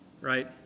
right